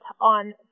on